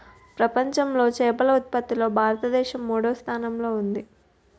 ప్రపంచంలో చేపల ఉత్పత్తిలో భారతదేశం మూడవ స్థానంలో ఉంది